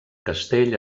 castell